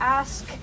ask